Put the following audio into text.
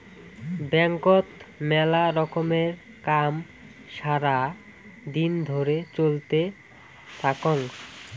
ব্যাংকত মেলা রকমের কাম সারা দিন ধরে চলতে থাকঙ